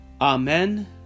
Amen